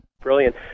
Brilliant